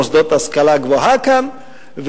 מוסדות השכלה גבוהה כאן,